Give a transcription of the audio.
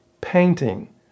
painting